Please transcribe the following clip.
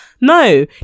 no